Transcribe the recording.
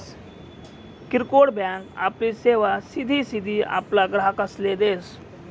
किरकोड बँक आपली सेवा सिधी सिधी आपला ग्राहकसले देस